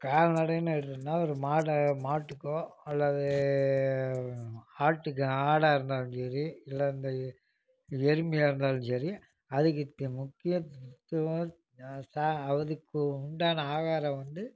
கால்நடையினு எடுத்துக்கிட்டால் ஒரு மாடை மாட்டுக்கோ அல்லது ஆட்டுக்கு ஆடாக இருந்தாலும் சரி இல்லை அந்த எ எருமையாக இருந்தாலும் சரி அதுக்கு முக்கியம் அதுக்கு உண்டான ஆகாரம் வந்து